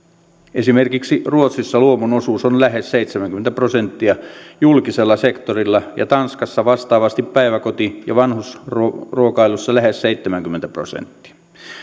esimerkiksi ruotsissa luomun osuus on lähes seitsemänkymmentä prosenttia julkisella sektorilla ja tanskassa vastaavasti päiväkoti ja vanhusruokailussa lähes seitsemänkymmentä prosenttia